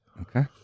Okay